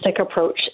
approach